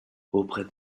auprès